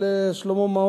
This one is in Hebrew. סילבן,